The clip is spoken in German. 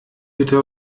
bitte